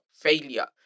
failure